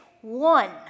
one